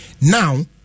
Now